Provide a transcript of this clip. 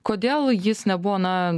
kodėl jis nebuvo na